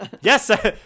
Yes